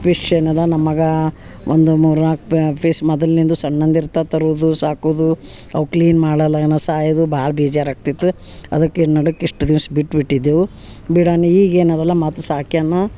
fish ಏನು ಅದ ನಮ್ಮ ಮಗ ಒಂದು ಮೂರು ನಾಲ್ಕು ಫಿಶ್ ಮೊದಲ್ನಿಂದು ಸಣ್ಣಂದಿರ್ತ ತರುದು ಸಾಕುದು ಅವ ಕ್ಲೀನ್ ಮಾಡಲ್ಲನ ಸಾಯದು ಭಾಳ್ ಬೇಜಾರು ಆಕ್ತಿತ್ತು ಅದಕ್ಕೆ ನಡಕ್ ಇಷ್ಟ ದಿವ್ಸ ಬಿಟ್ಟು ಬಿಟ್ಟಿದೆವು ಬಿಡಾನ ಈಗ ಏನದಲ್ಲ ಮತ್ತೆ ಸಾಕ್ಯನು